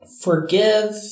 forgive